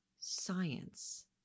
science